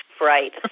right